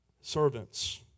servants